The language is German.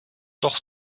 doch